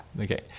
Okay